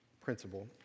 principle